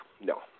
no